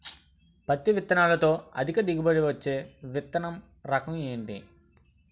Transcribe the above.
పత్తి విత్తనాలతో అధిక దిగుబడి నిచ్చే విత్తన రకం ఏంటి?